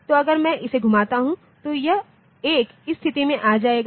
तो अगर मैं इसे घुमाता हूं तो यह 1 इस स्थिति में आ जाएगा